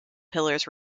pillars